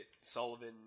Sullivan